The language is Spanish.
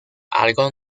algo